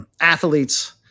athletes